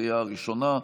לקריאה ראשונה.